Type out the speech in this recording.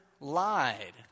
lied